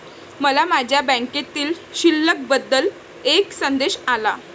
मला माझ्या बँकेतील शिल्लक बद्दल एक संदेश आला